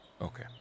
Okay